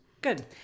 Good